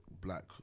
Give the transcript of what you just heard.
black